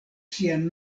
sian